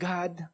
God